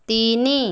ତିନି